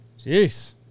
Jeez